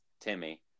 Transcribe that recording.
timmy